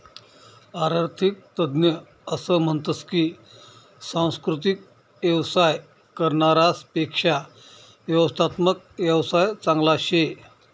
आरर्थिक तज्ञ असं म्हनतस की सांस्कृतिक येवसाय करनारास पेक्शा व्यवस्थात्मक येवसाय चांगला शे